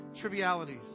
trivialities